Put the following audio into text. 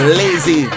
lazy